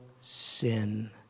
sin